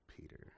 Peter